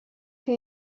che